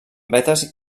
vetes